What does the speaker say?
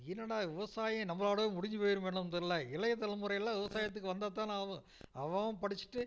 என்னடா விவசாயம் நம்மளோடயே முடிஞ்சு போயிடுமோன்னு தெரில இளைய தலைமுறைல்லாம் விவசாயத்துக்கு வந்தால் தானே ஆகும் அவன் அவன் படிச்சுட்டு